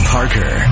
Parker